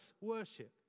worship